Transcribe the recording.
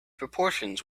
proportions